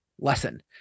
lesson